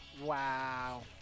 Wow